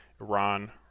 Iran